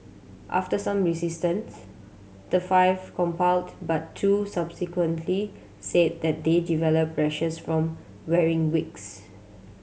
after some resistance the five complied but two subsequently said that they developed rashes from wearing wigs